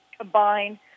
combined